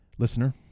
Listener